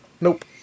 nope